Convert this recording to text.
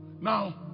now